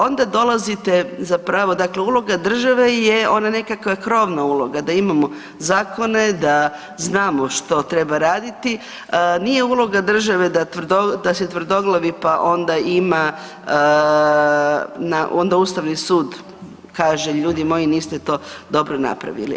Onda dolazite zapravo, dakle uloga države je ona nekakva krovna uloga, da imamo zakone, da znamo što treba raditi, nije uloga države da se tvrdoglavi pa onda ima na, onda Ustavni sud kaže ljudi moji, niste to dobro napravili.